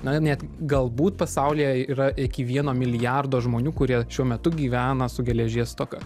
na net galbūt pasaulyje yra iki vieno milijardo žmonių kurie šiuo metu gyvena su geležies stoka